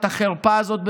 את החרפה הזאת,